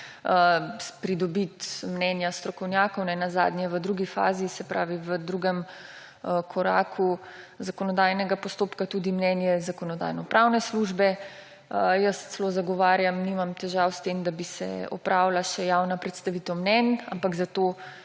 pridobiti mnenja strokovnjakov, nenazadnje v drugi fazi, se pravi v drugem koraku zakonodajnega postopka tudi mnenje Zakonodajno-pravne službe. Jaz celo zagovarjam, nimam težav s tem, da bi se opravila še javna predstavitev mnenj, ampak za to